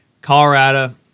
Colorado